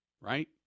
Right